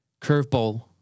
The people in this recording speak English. Curveball